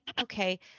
okay